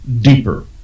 deeper